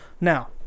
Now